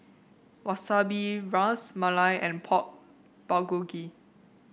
Wasabi Ras Malai and Pork Bulgogi